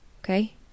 okay